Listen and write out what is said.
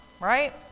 right